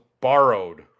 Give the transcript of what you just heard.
borrowed